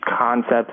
concepts